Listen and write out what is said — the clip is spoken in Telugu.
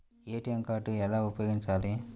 ఏ.టీ.ఎం కార్డు ఎలా ఉపయోగించాలి?